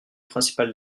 principal